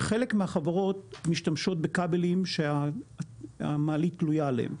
חלק מהחברות משתמשות בכבלים שהמעלית תלויה עליהם,